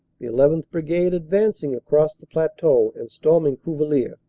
the eleventh. brigade advancing across the plateau and storming cuvillers.